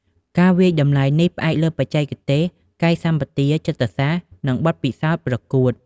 ការវាយតម្លៃនេះផ្អែកលើបច្ចេកទេស កាយសម្បទា ចិត្តសាស្ត្រ និងបទពិសោធន៍ប្រកួត។